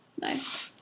Nice